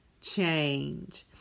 change